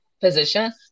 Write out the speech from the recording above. position